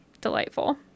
delightful